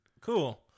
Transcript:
Cool